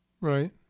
Right